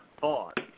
thought